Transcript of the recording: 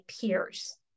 peers